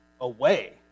Away